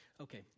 Okay